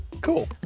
Cool